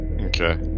Okay